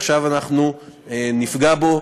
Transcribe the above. עכשיו אנחנו נפגע בו,